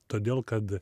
todėl kad